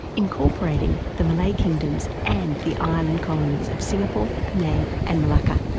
incorporating the malay kingdoms and the island colonies of singapore, penang and malacca,